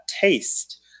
taste